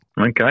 Okay